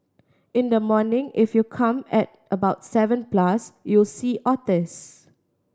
in the morning if you come at about seven plus you'll see otters